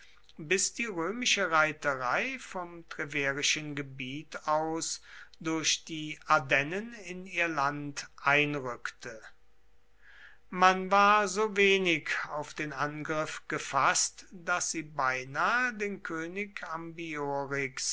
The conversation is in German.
bis die römische reiterei vom treverischen gebiet aus durch die ardennen in ihr land einrückte man war so wenig auf den angriff gefaßt daß sie beinahe den könig